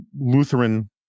lutheran